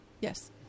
Yes